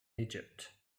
egypt